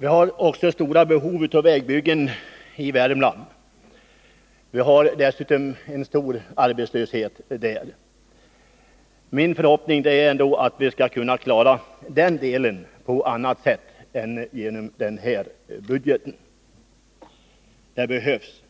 Vi har stora behov av vägbyggen i Värmland. Vi har dessutom stor arbetslöshet där. Min förhoppning är ändå att vi skall klara av det problemet på annat sätt än genom den här delen av budgeten. Åtgärder behövs.